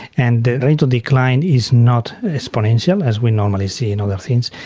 and the rate of decline is not exponential um as we normally see in other things,